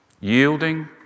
Yielding